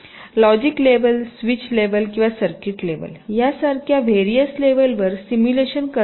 logic level switch level किंवा circuit level सारख्या various लेवलवर सिमुलेशन करता येते